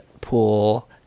pool